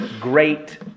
great